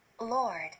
Lord